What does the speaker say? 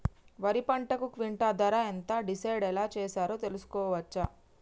వరి పంటకు క్వింటా ధర ఎంత డిసైడ్ ఎలా చేశారు తెలుసుకోవచ్చా?